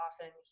often